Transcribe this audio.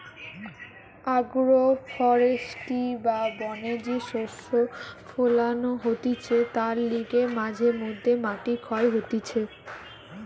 agro forestry বা বনে যে শস্য ফোলানো হতিছে তার লিগে মাঝে মধ্যে মাটি ক্ষয় হতিছে